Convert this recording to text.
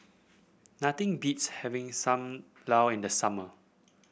nothing beats having Sam Lau in the summer